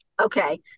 Okay